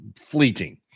fleeting